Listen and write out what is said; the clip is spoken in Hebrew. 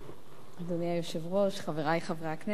אדוני היושב-ראש, חברי חברי הכנסת,